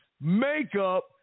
makeup